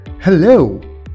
hello